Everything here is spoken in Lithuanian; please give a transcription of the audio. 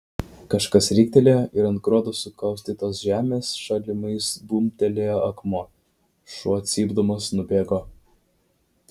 kažkas riktelėjo ir ant gruodo sukaustytos žemės šalimais bumbtelėjo akmuo šuo cypdamas nubėgo